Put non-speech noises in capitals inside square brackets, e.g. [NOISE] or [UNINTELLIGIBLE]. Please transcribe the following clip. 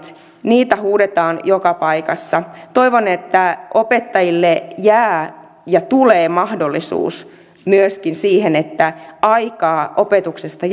huudetaan joka paikassa toivon että opettajille jää ja tulee mahdollisuus myöskin siihen että aikaa opetuksesta [UNINTELLIGIBLE]